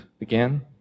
again